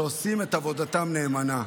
שעושים את עבודתם נאמנה: